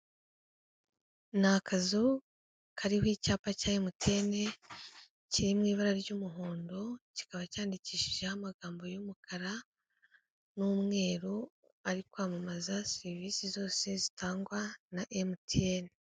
Ni akazu kariho icyapa cya MTN kiri mu ibara ry'umuhondo, kikaba cyandikishijeho amagambo y'umukara n'umweru, ari kwamamaza serivisi zose zitangwa na MTN.